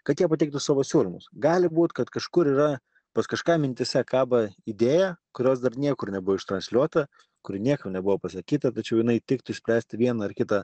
kad jie pateiktų savo siūlymus gali būt kad kažkur yra pas kažką mintyse kaba idėja kurios dar niekur nebuvo ištransliuota kuri niekam nebuvo pasakyta tačiau jinai tiktų išspręsti vieną ar kitą